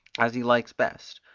as he likes best,